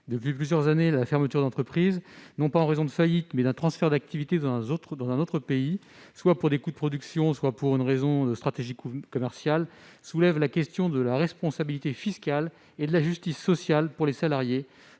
Depuis plusieurs années, les fermetures d'entreprises justifiées non par une faillite, mais par le transfert d'activités dans un autre pays, soit pour réduire les coûts de production, soit pour une raison de stratégie commerciale, soulèvent la question de la responsabilité fiscale et de la justice sociale pour les salariés,